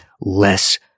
less